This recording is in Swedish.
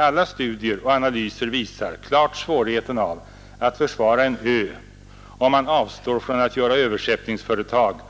Alla studier och analyser visar klart svårigheterna att försvara en ö om man avstår från att göra överskeppningsföretag